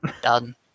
done